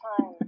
time